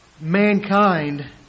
mankind